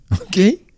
okay